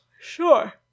sure